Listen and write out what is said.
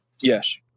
Yes